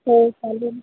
हो चालेल